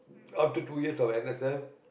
after two years of n_s_f